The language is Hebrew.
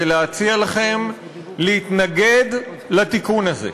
ולהציע לכם להתנגד לתיקון הזה.